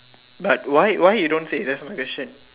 but why why you don't say that's my question